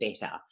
better